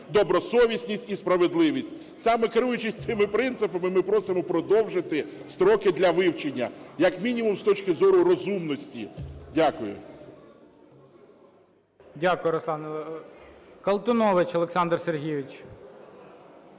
добросовісність і справедливість. Саме керуючись цими принципами ми просимо продовжити строки для вивчення як мінімум з точки зору розумності. Дякую.